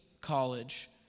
college